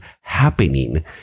happening